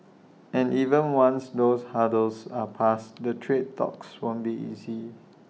and even once those hurdles are passed the trade talks won't be easy